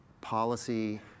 policy